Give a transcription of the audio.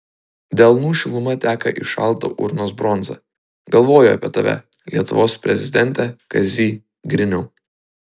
delnų šiluma teka į šaltą urnos bronzą galvoju apie tave lietuvos prezidente kazy griniau